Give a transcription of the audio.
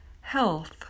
health